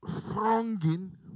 thronging